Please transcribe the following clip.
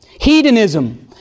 hedonism